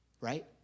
right